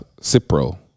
Cipro